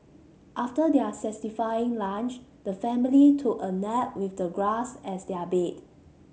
after their satisfying lunch the family took a nap with the grass as their bed